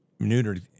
neutered